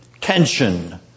tension